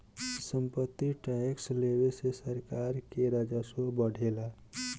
सम्पत्ति टैक्स लेवे से सरकार के राजस्व बढ़ेला